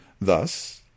Thus